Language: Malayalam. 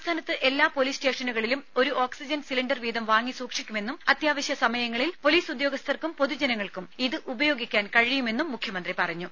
സംസ്ഥാനത്ത് എല്ലാ പൊലീസ് സ്റ്റേഷനുകളിലും ഒരു ഓക്സിജൻ സിലിണ്ടർ വീതം വാങ്ങി സൂക്ഷിക്കുമെന്നും അത്യാവശ്യ സമയങ്ങളിൽ പൊലീസ് ഉദ്യോഗസ്ഥർക്കും പൊതുജനങ്ങൾക്കും ഇതുപയോഗിക്കാൻ കഴിയുമെന്നും മുഖ്യമന്ത്രി പറഞ്ഞു